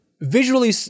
visually